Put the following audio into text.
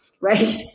right